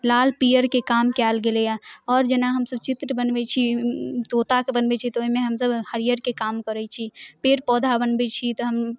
लाल पीयरके काम कयल गेलै हँ आओर जेना हम सभ चित्र बनबैत छी तोताके बनबैत छी तऽ ओहिमे हम सभ हरिअरके काम करैत छी पेड़ पौधा बनबैत छी तऽ हम